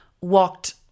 walked